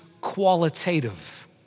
qualitative